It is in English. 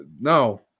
No